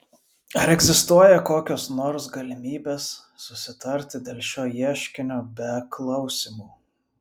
ar egzistuoja kokios nors galimybės susitarti dėl šio ieškinio be klausymų